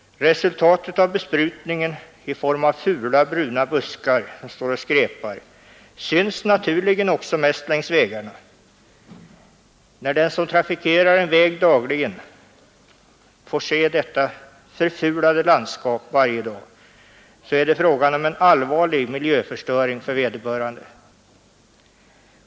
Resultatet av besprutningen i form av fula bruna buskar som står och skräpar syns naturligen också mest längs vägarna. När den som trafikerar en väg dagligen får se dessa förfulade landskap är det fråga om en allvarlig miljöförstöring för vederbörande.